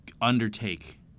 undertake